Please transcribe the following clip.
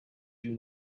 you